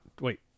wait